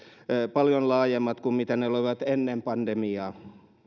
paljon laajemmat kuin mitä ne olivat ennen pandemiaa